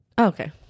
Okay